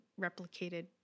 replicated